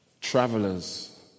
travelers